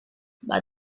but